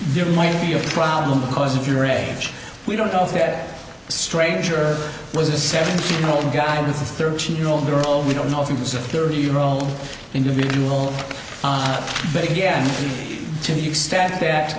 there might be a problem because if you're a we don't know if that stranger was a seven year old guy with a thirteen year old girl we don't know if it was a thirty year old individual on but again to the extent that